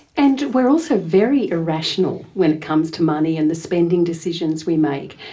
and we're also very irrational when it comes to money and the spending decisions we make.